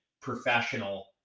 professional